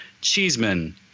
Cheeseman